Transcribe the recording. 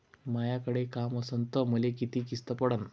मायाकडे काम असन तर मले किती किस्त पडन?